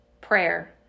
prayer